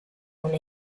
una